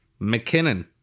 McKinnon